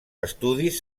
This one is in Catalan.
estudis